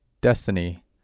destiny